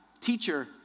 Teacher